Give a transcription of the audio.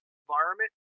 environment